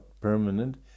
permanent